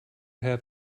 have